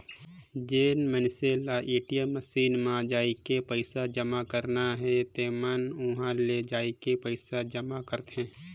जेन मइनसे ल ए.टी.एम मसीन म जायके पइसा जमा करना हे तेमन उंहा ले जायके पइसा जमा करथे